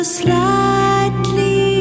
slightly